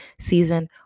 season